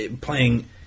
playing